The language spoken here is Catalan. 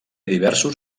diversos